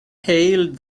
hailed